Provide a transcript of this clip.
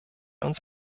uns